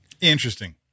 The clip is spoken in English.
Interesting